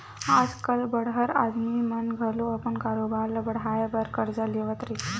आज कल बड़हर आदमी मन घलो अपन कारोबार ल बड़हाय बर करजा लेवत रहिथे